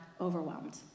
overwhelmed